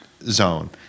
zone